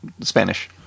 Spanish